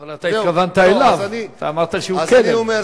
אבל אתה התכוונת אליו ואמרת שהוא כלב,